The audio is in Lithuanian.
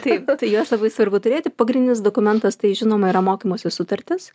taip tai juos labai svarbu turėti pagrindinis dokumentas tai žinoma yra mokymosi sutartis